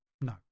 No